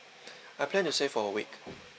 I plan to stay for a week